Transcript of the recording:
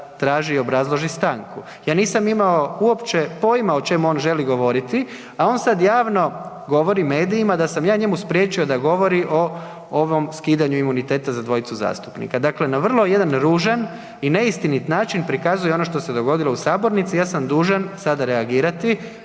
traži i obrazloži stanku. Ja nisam imao uopće pojma o čemu on želi govoriti, a on sad javno govori medijima da sam ja njemu spriječio da govori o ovom skidanju imuniteta za dvojicu zastupnika. Dakle, na vrlo jedan ružan i neistinit način prikazuje ono što se dogodilo u sabornici. Ja sam dužan sada reagirati